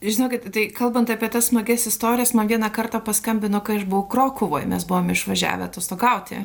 žinokit tai kalbant apie tas smagias istorijas man vieną kartą paskambino kai aš buvau krokuvoje mes buvome išvažiavę atostogauti